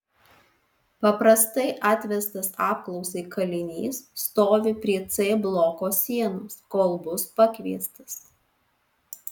paprastai atvestas apklausai kalinys stovi prie c bloko sienos kol bus pakviestas